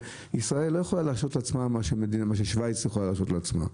ישראל לא יכולה להרשות לעצמה מה ששווייץ יכולה להרשות לעצמה,